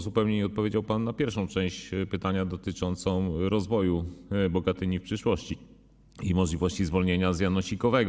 Zupełnie nie odpowiedział pan na pierwszą część pytania dotyczącą rozwoju Bogatyni w przyszłości i możliwości zwolnienia z janosikowego.